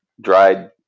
dried